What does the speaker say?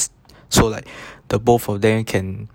so like the both of them can